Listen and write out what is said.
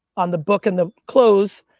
on the book and the clothes,